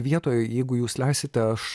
vietoj jeigu jūs leisite aš